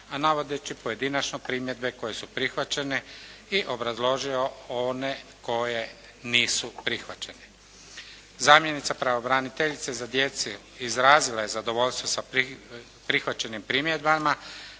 a navodeći pojedinačno primjedbe koje su prihvaćene i obrazložio one koje nisu prihvaćene. Zamjenica pravobraniteljice za djecu izrazila je zadovoljstvo sa prihvaćenim primjedbama,